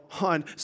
on